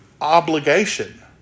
obligation